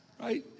Right